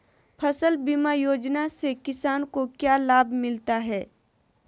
फसल बीमा योजना से किसान को क्या लाभ मिलता है?